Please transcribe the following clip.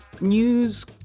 news